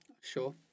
Sure